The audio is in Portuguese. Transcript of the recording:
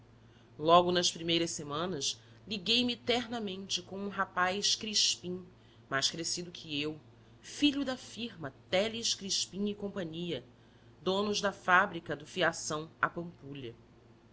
logo nas primeiras semanas liguei me ternamente com um rapaz crispim mais crescido que eu filho da firma teles crispim cia donos da fábrica de fiação à pampulha